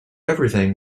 everything